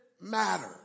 matter